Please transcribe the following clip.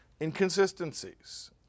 inconsistencies